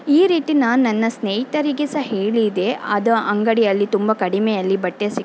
ಈ ರೀತಿ ನಾನು ನನ್ನ ಸ್ನೇಹಿತರಿಗೆ ಸಹ ಹೇಳಿದೆ ಅದು ಅಂಗಡಿಯಲ್ಲಿ ತುಂಬ ಕಡಿಮೆಯಲ್ಲಿ ಬಟ್ಟೆ